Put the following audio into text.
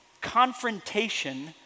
confrontation